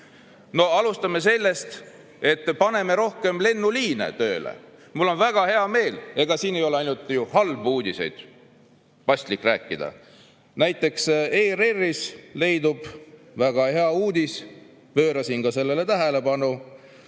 alustame sellest, et paneme rohkem lennuliine tööle. Mul on väga hea meel ... Ega siin ei ole ainult ju halbu uudiseid paslik rääkida. Näiteks ERR-is leidub väga hea uudis – pöörasin ka sellele tähelepanu